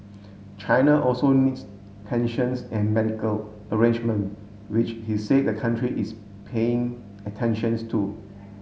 China also needs pensions and medical arrangement which he said the country is paying attentions to